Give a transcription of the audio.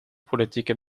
politieke